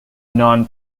non